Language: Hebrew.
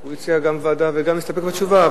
הוא הציע גם ועדה וגם להסתפק בתשובה,